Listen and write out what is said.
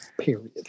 Period